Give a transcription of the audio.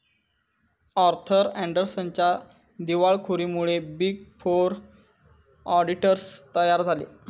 Arthur अँडरसनच्या दिवाळखोरीमुळे big four auditors तयार झाले